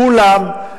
כולם,